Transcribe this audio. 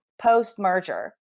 post-merger